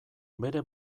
bere